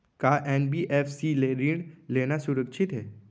का एन.बी.एफ.सी ले ऋण लेना सुरक्षित हे?